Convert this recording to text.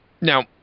Now